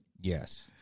Yes